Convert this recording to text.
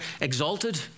exalted